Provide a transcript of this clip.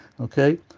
okay